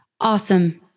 awesome